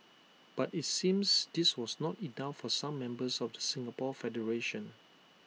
but IT seems this was not enough for some members of the Singapore federation